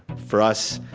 for us,